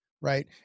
right